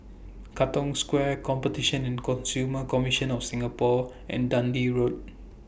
Katong Square Competition and Consumer Commission of Singapore and Dundee Road